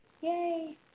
Yay